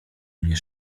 mnie